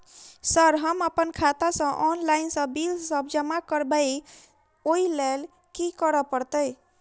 Sir हम अप्पन खाता सऽ ऑनलाइन सऽ बिल सब जमा करबैई ओई लैल की करऽ परतै?